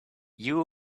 you